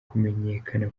kumenyekana